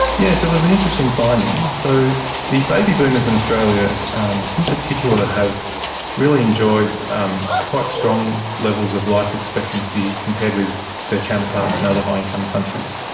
yes, it was an interesting finding. so the baby boomers in australia in particular have really enjoyed um quite strong levels of life expectancy compared with their counterparts in other high income countries,